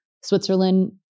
Switzerland